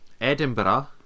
Edinburgh